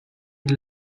une